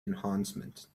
enhancement